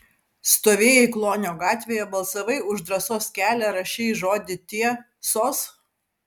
stovėjai klonio gatvėje balsavai už drąsos kelią rašei žodį tie sos